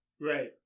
Right